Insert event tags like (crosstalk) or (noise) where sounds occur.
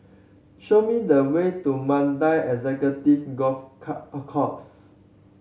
show me the way to Mandai Executive Golf (unintelligible) Course